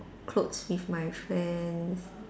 clothes with my friends